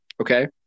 okay